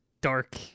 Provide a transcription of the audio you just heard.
dark